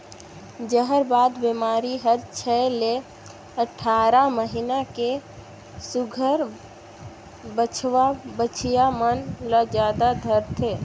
जहरबाद बेमारी हर छै ले अठारह महीना के सुग्घर बछवा बछिया मन ल जादा धरथे